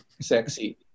sexy